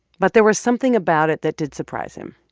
but there was something about it that did surprise him,